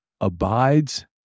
abides